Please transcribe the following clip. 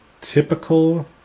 typical